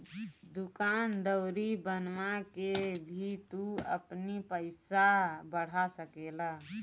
दूकान दौरी बनवा के भी तू अपनी पईसा के बढ़ा सकेला